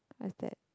what's that